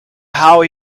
how